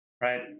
right